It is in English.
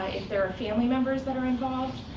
if there are family members that are involved,